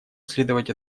следовать